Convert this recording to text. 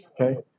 okay